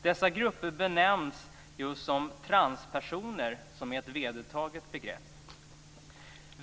Dessa grupper benämns just som transpersoner, som är ett vedertaget begrepp.